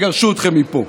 יגרשו אתכם מפה.